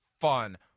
fun